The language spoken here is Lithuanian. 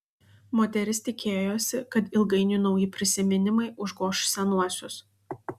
moteris tikėjosi kad ilgainiui nauji prisiminimai užgoš senuosius